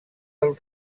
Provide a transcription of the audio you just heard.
del